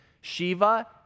Shiva